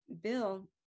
Bill